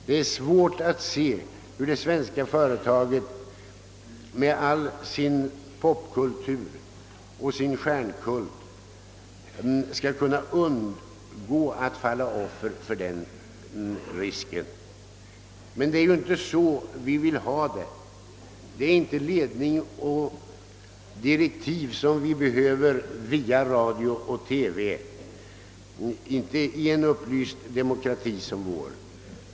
Det är svårt att se hur det svenska programföretaget med all sin popkultur och stjärnkult skall kunna undgå att falla offer för en sådan utveckling. Men det är inte så vi vill ha det. Det är inte ledning och direktiv, som vi behöver via radio och TV — inte i en upplyst demokrati som vår.